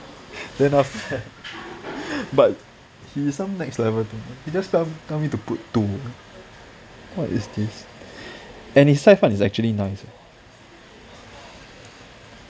then after that but he some next level thing eh he does tell me tell me to put two what is this and his 菜饭 is actually nice